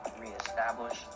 reestablish